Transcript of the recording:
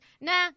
nah